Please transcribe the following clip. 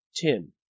Tim